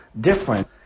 different